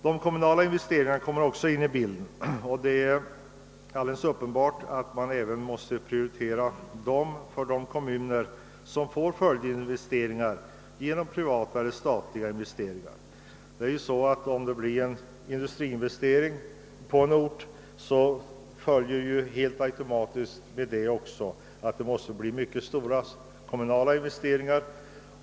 De kommunala investeringarna kommer också in i bilden. Det är alldeles uppenbart att dessa bör prioriteras för de kommuner som får göra följdinvesteringar genom privata eller statliga investeringar. Om en industri investerar på en ort följer helt automatiskt att kom munen måste göra mycket stora investeringar.